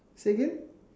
say again